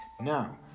Now